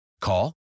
Call